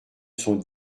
sont